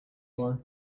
war